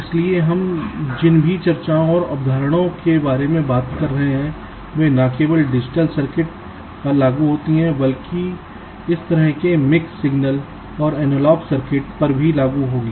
इसलिए हम जिन भी चर्चाओं और अवधारणाओं के बारे में बात कर रहे हैं वे न केवल डिजिटल सर्किट पर लागू होंगी बल्कि इस तरह के मिक्स सिग्नल और एनालॉग सर्किट पर भी लागू होंगी